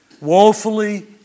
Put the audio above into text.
Woefully